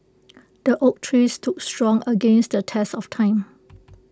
the oak tree stood strong against the test of time